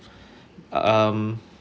um